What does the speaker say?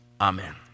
amen